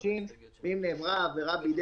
מנהל רשות המיסים והיא אמרה שכל כך